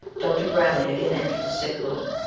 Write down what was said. dr. bradley again entered the sick-room.